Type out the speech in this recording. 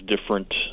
different